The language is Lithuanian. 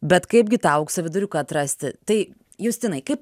bet kaipgi tą aukso viduriuką atrasti tai justinai kaip